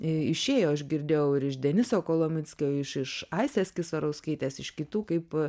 išėjo aš girdėjau ir iš deniso kolomickio iš iš aistės kisarauskaitės iš kitų kaip